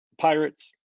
pirates